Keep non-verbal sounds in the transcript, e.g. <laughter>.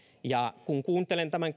kun kuuntelen tämän <unintelligible>